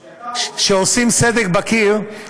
כשאתה עושה אנחנו מודים לך.